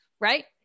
right